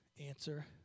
answer